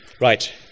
Right